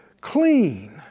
clean